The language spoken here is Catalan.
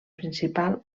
principal